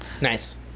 Nice